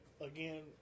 again